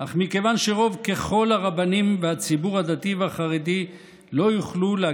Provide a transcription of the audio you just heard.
אחת עם כאבי בטן ואחד עם רצון לרווח